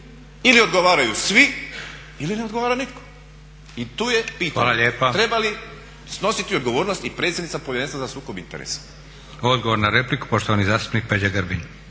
ili odgovaraju svi ili ne odgovara nitko i tu je pitanje treba li snositi odgovornost i predsjednica Povjerenstva za sukob interesa. **Leko, Josip (SDP)** Hvala lijepa. Odgovor na repliku, poštovani zastupnik Peđa Grbin.